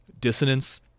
dissonance